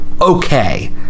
okay